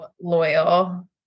loyal